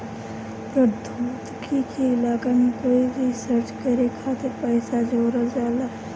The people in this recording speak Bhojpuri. प्रौद्योगिकी के इलाका में कोई रिसर्च करे खातिर पइसा जोरल जाला